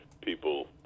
people